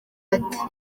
ati